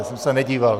Já jsem se nedíval.